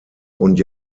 und